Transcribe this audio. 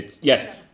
Yes